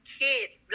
kids